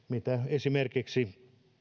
esimerkiksi